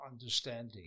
understanding